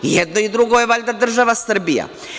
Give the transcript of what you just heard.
I jedno i drugo je valjda država Srbija?